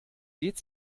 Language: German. geht